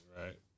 right